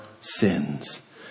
sins